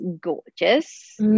gorgeous